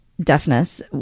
deafness